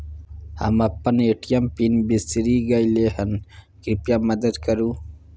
हम अपन ATM PIN बिसरि गलियै हन, कृपया मदद करु